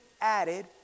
added